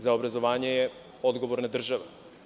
Za obrazovanje je odgovorna država.